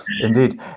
indeed